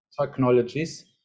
technologies